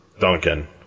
Duncan